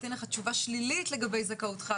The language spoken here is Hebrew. ייתן לך תשובה שלילית לגבי זכאותך,